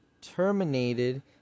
terminated